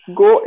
go